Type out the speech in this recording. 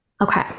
okay